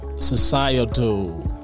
societal